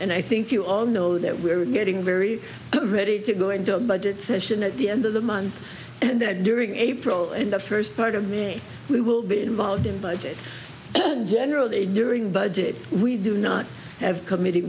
and i think you all know that we are getting very ready to go into a budget session at the end of the month and that during april in the first part of me we will be involved in budget generally during budget we do not have committe